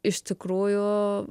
iš tikrųjų